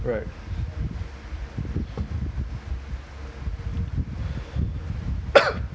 right